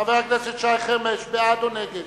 חבר הכנסת שי חרמש, בעד או נגד?